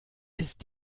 ist